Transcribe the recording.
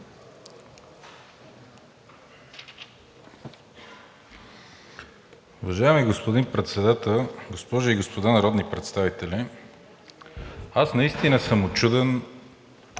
Уважаеми господин Председател, госпожи и господа народни представители! Аз наистина съм учуден